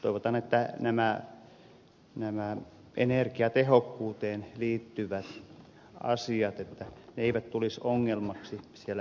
toivotaan että nämä energiatehokkuuteen liittyvät asiat eivät tulisi ongelmaksi hirsirakentamisessa